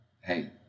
hey